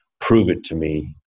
prove-it-to-me